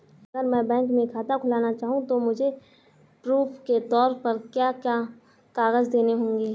अगर मैं बैंक में खाता खुलाना चाहूं तो मुझे प्रूफ़ के तौर पर क्या क्या कागज़ देने होंगे?